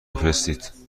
بفرستید